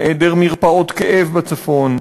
היעדר מרפאות כאב בצפון,